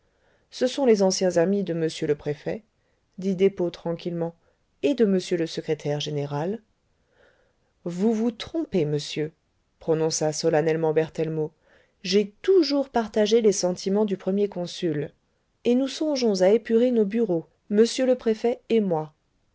ce sont les anciens amis de m le préfet dit despaux tranquillement et de m le secrétaire général vous vous trompez monsieur prononça solennellement berthellemot j'ai toujours partagé les sentiments du premier consul et nous songeons à épurer nos bureaux m le préfet et moi